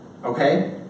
Okay